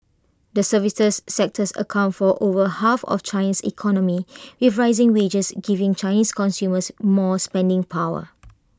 the services sector accounts for over half of China's economy if with rising wages giving Chinese consumers more spending power